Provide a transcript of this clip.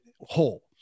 whole